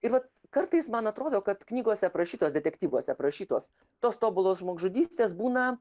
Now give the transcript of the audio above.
ir kartais man atrodo kad knygose aprašytos detektyvuose aprašytos tos tobulos žmogžudystės būna